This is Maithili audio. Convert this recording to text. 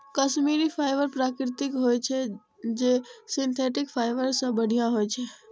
कश्मीरी फाइबर प्राकृतिक होइ छै, जे सिंथेटिक फाइबर सं बढ़िया होइ छै